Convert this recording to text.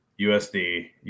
USD